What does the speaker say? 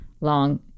long